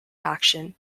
action